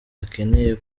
akeneye